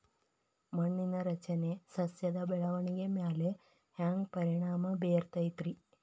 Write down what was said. ಮಣ್ಣಿನ ರಚನೆ ಸಸ್ಯದ ಬೆಳವಣಿಗೆ ಮ್ಯಾಲೆ ಹ್ಯಾಂಗ್ ಪರಿಣಾಮ ಬೇರತೈತ್ರಿ?